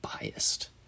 biased